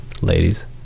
Ladies